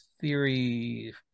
theory